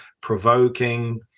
provoking